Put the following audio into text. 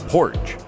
Porch